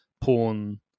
porn